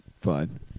fine